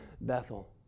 Bethel